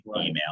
email